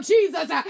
Jesus